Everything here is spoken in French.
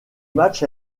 match